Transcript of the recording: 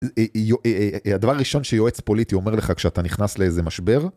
הדבר הראשון שיועץ פוליטי אומר לך כשאתה נכנס לאיזה משבר.